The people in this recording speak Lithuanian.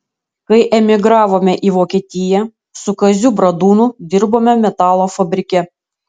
kai emigravome į vokietiją su kaziu bradūnu dirbome metalo fabrike